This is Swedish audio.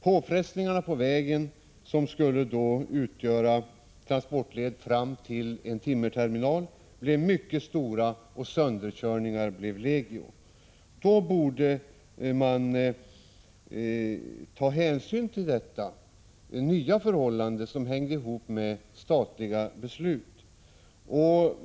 Påfrestningarna på vägen, som skulle utgöra transportled fram till en timmerterminal, blev mycket stora. Sönderkörningarna blev legio. Nu borde man ha tagit hänsyn till de nya förhållanden som hängde ihop med statliga beslut.